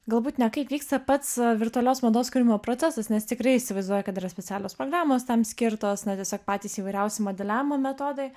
galbūt ne kaip vyksta pats virtualios mados kūrimo procesas nes tikrai įsivaizduoju kad yra specialios programos tam skirtos ne tiesiog patys įvairiausi modeliavimo metodai